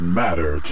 matter